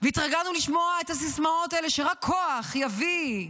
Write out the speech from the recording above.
והתרגלנו לשמוע את הסיסמאות האלה שרק כוח יביא.